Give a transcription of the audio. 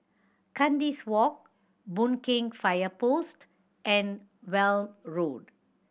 Kandis Walk Boon Keng Fire Post and Welm Road